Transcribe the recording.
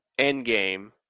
Endgame